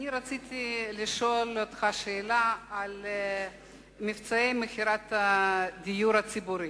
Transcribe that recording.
רציתי לשאול אותך על מבצעי מכירה בדיור הציבורי,